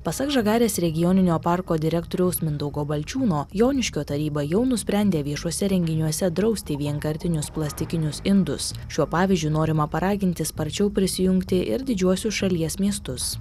pasak žagarės regioninio parko direktoriaus mindaugo balčiūno joniškio taryba jau nusprendė viešuose renginiuose drausti vienkartinius plastikinius indus šiuo pavyzdžiu norima paraginti sparčiau prisijungti ir didžiuosius šalies miestus